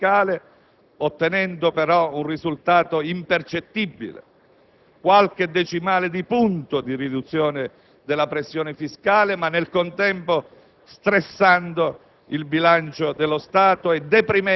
una politica di riduzione della pressione fiscale, ottenendo però un risultato impercettibile (qualche decimale di punto di riduzione della pressione fiscale), ma nel contempo